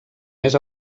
més